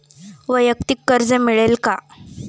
वैयक्तिक कर्ज मिळेल का?